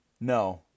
No